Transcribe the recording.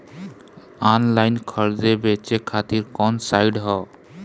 Online खरीदे बेचे खातिर कवन साइड ह?